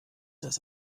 das